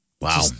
Wow